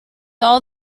all